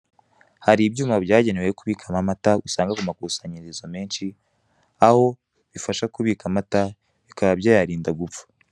Hari ibyuma byagenewe kubikamo amata usanga ku makusanyirizo menshi aho bifasha kubika amata bikaba byayarinda gupfa.